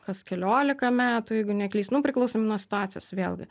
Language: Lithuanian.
kas kelioliką metų jeigu neklystunu priklausomai nuo situacijos vėlgi